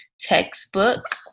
textbook